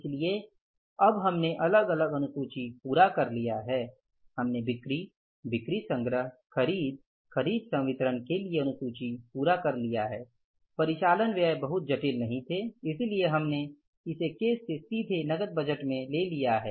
इसलिए अब हमने अलग अलग अनुसूची पूरा कर लिया है हमने बिक्री बिक्री संग्रह खरीद खरीद संवितरण के लिए अनुसूची पूरा कर लिया है परिचालन व्यय बहुत जटिल नहीं थे इसलिए हमने इसे केस से सीधे नकद बजट में ले लिया है